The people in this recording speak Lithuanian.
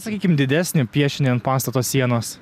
sakykim didesnį piešinį ant pastato sienos